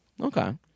Okay